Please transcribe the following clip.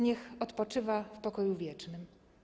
Niech odpoczywa w pokoju wiecznym.